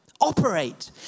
Operate